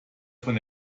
von